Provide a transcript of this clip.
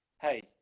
hey